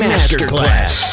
Masterclass